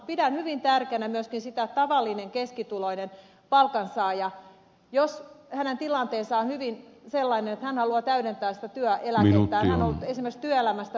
pidän hyvin tärkeänä myöskin sitä että tavallinen keskituloinen palkansaaja jos hänen tilanteensa on sellainen että hän haluaa täydentää sitä työeläkettään hän on ollut esimerkiksi työelämästä pois voi säästää